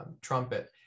trumpet